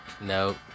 Nope